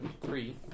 Three